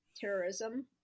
terrorism